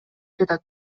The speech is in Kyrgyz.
жатат